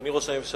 אדוני ראש הממשלה,